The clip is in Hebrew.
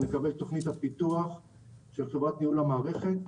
נקבל את תוכנית הפיתוח של חברת ניהול המערכת.